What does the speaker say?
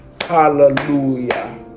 Hallelujah